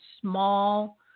small